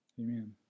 amen